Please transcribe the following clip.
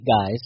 guys